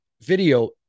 Video